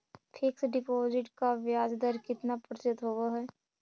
Fix deposit का ब्याज दर कितना प्रतिशत होब है?